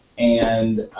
and